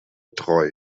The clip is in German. treu